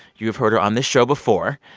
you've heard her on this show before.